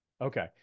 Okay